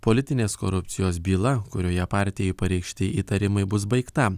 politinės korupcijos byla kurioje partijai pareikšti įtarimai bus baigta